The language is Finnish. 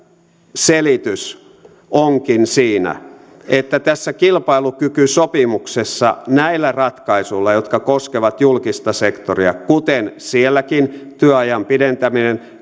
selitys onkin siinä että tässä kilpailukykysopimuksessa näillä ratkaisuilla jotka koskevat julkista sektoria kuten sielläkin työajan pidentäminen